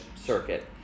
Circuit